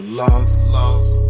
lost